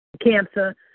cancer